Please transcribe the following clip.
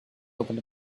opened